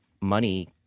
money